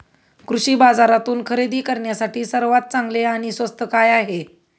कृषी बाजारातून खरेदी करण्यासाठी सर्वात चांगले आणि स्वस्त काय आहे?